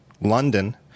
London